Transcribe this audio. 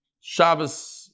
Shabbos